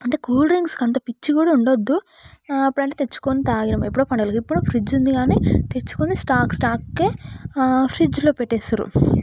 అంటే కూల్ డ్రింక్స్కి అంత పిచ్చి కూడా ఉండద్దు అప్పుడు అంటే తెచ్చుకొని తాగినాం ఎప్పుడో పండగలకి ఇప్పుడు ఫ్రిడ్జ్ ఉంది కానీ తెచ్చుకుని స్టాక్ స్టాక్ గా ఫ్రిడ్జ్లో పెట్టేస్తారు